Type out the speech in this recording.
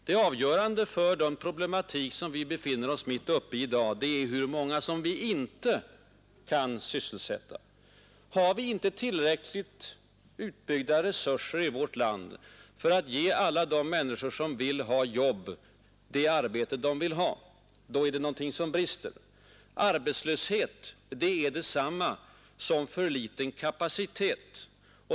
Det avgörande för den problematik vi befinner oss mitt uppe i i dag är hur många som vi inte kan sysselsätta. Har vi inte tillräckligt utbyggda resurser i vårt land för att ge alla de människor som vill ha jobb det arbete de vill ha, då är det någonting som brister. Arbetslöshet är detsamma som för liten kapacitet.